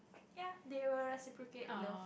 ya they will reciprocate love